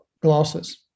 glasses